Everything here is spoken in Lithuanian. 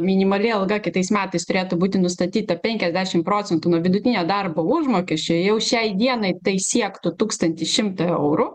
minimali alga kitais metais turėtų būti nustatyta penkiasdešimt procentų nuo vidutinio darbo užmokesčio jau šiai dienai tai siektų tūkstantį šimtą eurų